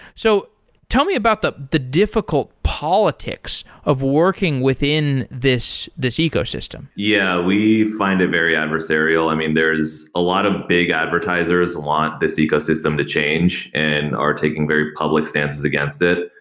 so tell me about the the difficult politics of working within this this ecosystem yeah. we find it very adversarial. i mean, there's a lot of big advertisers want this ecosystem to change and are taking very public stances against it.